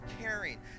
caring